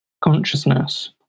consciousness